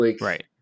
Right